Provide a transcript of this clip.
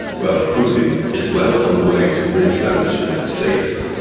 well, putin is well on the way to re-establishing that status.